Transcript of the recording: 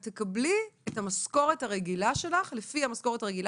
אלא תקבלי את השעתיים האלה לפי המשכורת הרגילה,